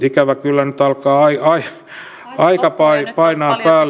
ikävä kyllä nyt alkaa aika painaa päälle